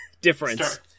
difference